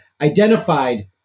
identified